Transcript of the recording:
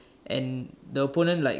and the opponent like